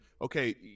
okay